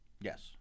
Yes